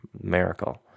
Miracle